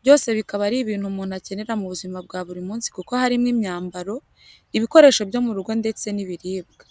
Byose bikaba ari ibintu umuntu akenera mu buzima bwa buri munsi kuko harimo imyambaro, ibikoresho byo mu rugo ndetse n'ibiribwa.